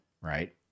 right